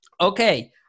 Okay